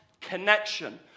connection